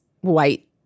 white